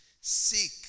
seek